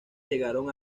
llegaron